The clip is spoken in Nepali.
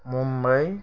मुम्बई